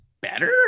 better